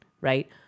right